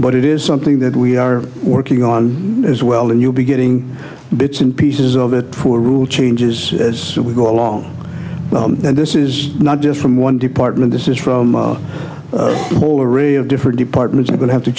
but it is something that we are working on as well and you'll be getting bits and pieces of it for rule changes as we go along and this is not just from one department this is from a whole array of different departments people have to